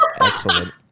Excellent